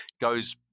goes